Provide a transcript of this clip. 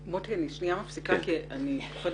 מוטי, אני עוצרת אותך כי אני מפחדת